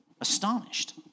astonished